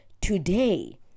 Today